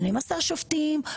12 שופטים,